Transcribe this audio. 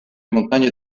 montagne